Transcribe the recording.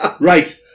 Right